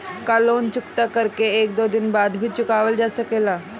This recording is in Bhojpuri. का लोन चुकता कर के एक दो दिन बाद भी चुकावल जा सकेला?